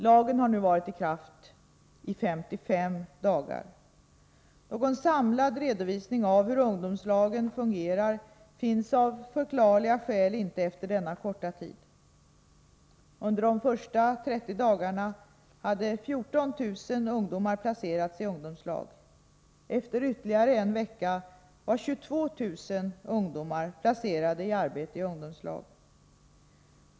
Lagen har nu varit i kraft i 55 dagar. Någon samlad redovisning av hur ungdomslagen fungerar finns av förklarliga skäl inte efter denna korta tid. Under de första 30 dagarna hade 14 000 ungdomar placerats i ungdomslag. Efter ytterligare en vecka var 22 000 ungdomar placerade i arbete i ungdomslag.